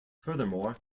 furthermore